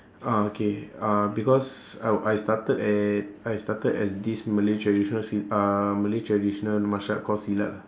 ah okay uh because I wil~ I started at I started as this malay traditional s~ uh malay traditional martial art called silat